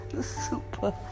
super